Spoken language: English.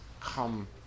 come